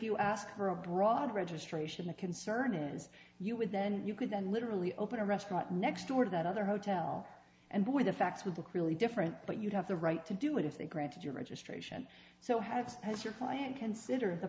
you ask her a broad registration the concern is you would then you could then literally open a restaurant next door to that other hotel and where the facts with a clearly different but you'd have the right to do it if they granted your registration so has has your client consider